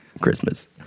Christmas